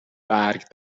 برگ